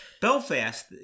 Belfast